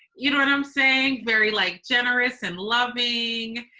you know what i'm saying? very like generous and loving,